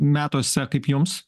metuose kaip jums